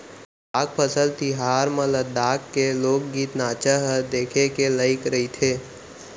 लद्दाख फसल तिहार म लद्दाख के लोकगीत, नाचा ह देखे के लइक रहिथे